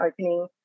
opening